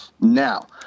Now